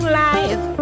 life